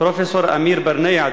פרופסור אמיר ברנע,